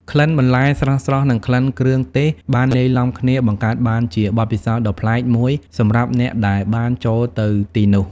ក្លិនបន្លែស្រស់ៗ និងក្លិនគ្រឿងទេសបានលាយឡំគ្នា បង្កើតបានជាបទពិសោធន៍ដ៏ប្លែកមួយសម្រាប់អ្នកដែលបានចូលទៅទីនោះ។